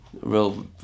real